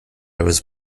was